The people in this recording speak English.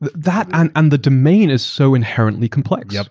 but that and and the domain is so inherently complex. yeah